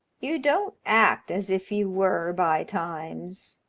you don't act as if you were by times,